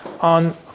on